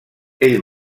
ell